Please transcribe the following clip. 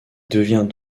devient